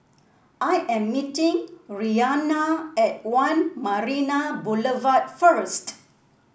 I am meeting Rianna at One Marina Boulevard first